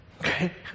okay